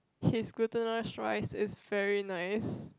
his glutinous rice is very nice